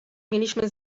mieliśmy